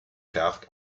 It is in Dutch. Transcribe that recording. geacht